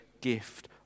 gift